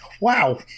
wow